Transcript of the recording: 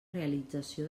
realització